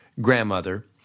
grandmother